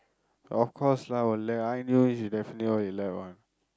of course lah !walao! I know she definitely one